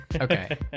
Okay